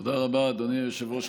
תודה רבה, אדוני היושב-ראש.